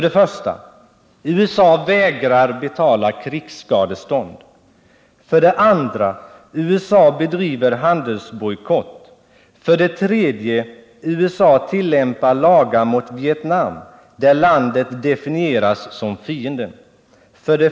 1) USA vägrar betala skadestånd. 2) USA bedriver handelsbojkott. 3) USA tillämpar lagar mot Vietnam där landet definieras som ”fienden”.